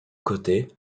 côté